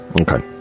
Okay